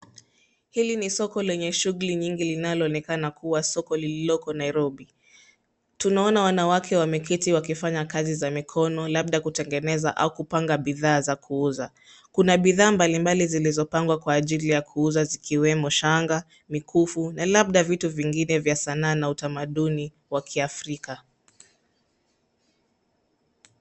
Hili ni soko lenye shughuli nyingi linaloonekana kuwa soko lililoko Nairobi. Tunaona wanawake wameketi wakifanya kazi za mikono, labda kutengeneza au kupanga bidhaa za kuuza. Kuna bidhaa mbalimbali zilizopangwa kwa ajili ya kuuza zikiwemo shanga, mikufu, na labda vitu vingine vya sanaa na utamaduni, wa kiafrika.